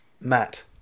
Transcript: Matt